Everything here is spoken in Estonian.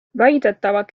väidetavalt